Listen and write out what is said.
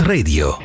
Radio